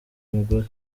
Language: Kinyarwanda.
mugore